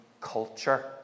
culture